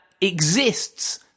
exists